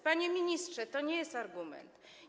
Panie ministrze, to nie jest argument.